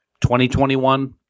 2021